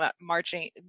marching